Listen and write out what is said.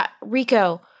Rico